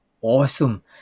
awesome